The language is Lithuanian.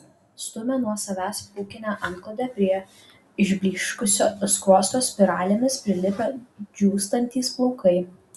stumia nuo savęs pūkinę antklodę prie išblyškusio skruosto spiralėmis prilipę džiūstantys plaukai